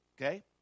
Okay